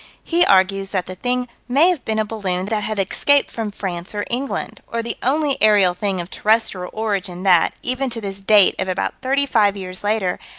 he argues that the thing may have been a balloon that had escaped from france or england or the only aerial thing of terrestrial origin that, even to this date of about thirty-five years later,